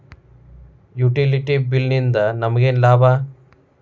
Utility bill ನಿಂದ್ ನಮಗೇನ ಲಾಭಾ?